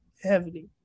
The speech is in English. heavily